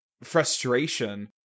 frustration